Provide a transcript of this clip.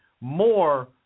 more